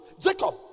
Jacob